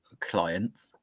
clients